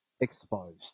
exposed